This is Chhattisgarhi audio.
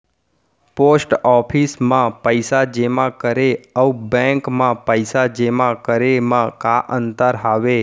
पोस्ट ऑफिस मा पइसा जेमा करे अऊ बैंक मा पइसा जेमा करे मा का अंतर हावे